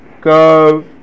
Go